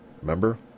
Remember